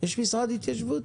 יש משרד התיישבות?